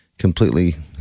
Completely